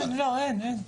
לא, אין, אין.